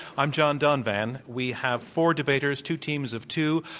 i'm john donvan. we have four debaters, two teams of two,